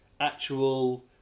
actual